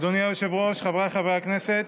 אדוני היושב-ראש, חבריי חברי הכנסת,